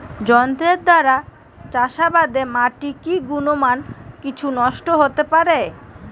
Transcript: যন্ত্রের দ্বারা চাষাবাদে মাটির কি গুণমান কিছু নষ্ট হতে পারে?